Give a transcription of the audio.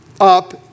up